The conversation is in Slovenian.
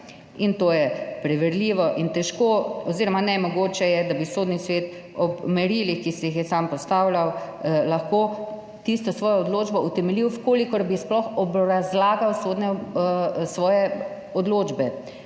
To je preverljivo. Težko oziroma nemogoče je, da bi Sodni svet ob merilih, ki si jih je sam postavljal, lahko tisto svojo odločbo utemeljil, v kolikor bi sploh obrazlagal svoje odločbe.